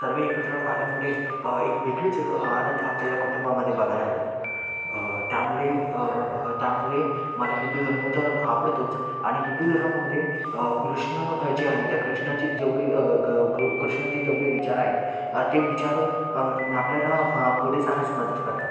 सर्व एकत्र आल्यामुळे एक वेगळीच आनंद आपल्याला कुटुंबामध्ये बघायला मिळतो त्यामुळे त्यामुळे मला हिंदू धर्म तर आवडतोच आणि हिंदू धर्मामध्ये कृष्ण जे आहे त्या कृष्णाचे जेवढे ग ग कृष्णाचे जेवढे विचार आहेत ते विचार आपल्याला पुढे जाण्यास मदत करतात